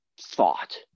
thought